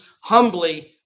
humbly